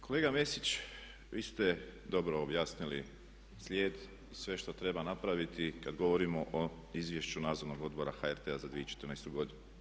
Kolega Mesić, vi ste dobro objasnili slijed, sve što treba napraviti kad govorimo o izvješću nadzornog odbora HRT-a za 2014.godinu.